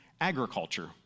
agriculture